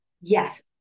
yes